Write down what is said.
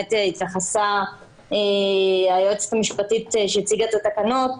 באמת התייחסה היועצת המשפטית שהציגה את התקנות,